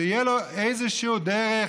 שתהיה לו איזושהי דרך,